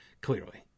clearly